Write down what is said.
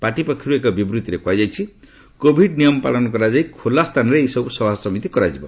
party ପକ୍ଷର୍ ଏକ ବିବୂଭିରେ କୁହାଯାଇଛି କୋଭିଡ ନିୟମ ପାଳନ କରାଯାଇ ଖୋଲାସ୍ଥାନରେ ଏହି ସବୁ ସଭାସମିତି କରାଯିବ